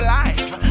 life